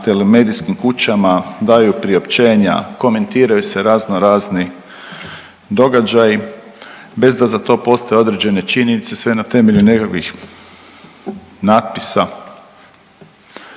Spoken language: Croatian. telemedijskim kućama, daju priopćenja, komentiraju se razno razni događaji bez da za to postoje određene činjenice sve na temelju nekakvih natpisa